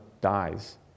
dies